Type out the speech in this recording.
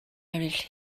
eraill